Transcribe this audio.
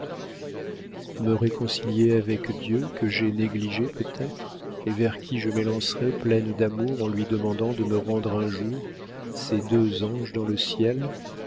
me réconcilier avec dieu que j'ai négligé peut-être et vers qui je m'élancerai pleine d'amour en lui demandant de me rendre un jour ces deux anges dans le ciel